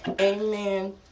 amen